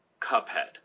Cuphead